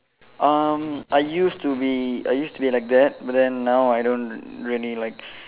um I used to be I used to be like that but then now I don't really like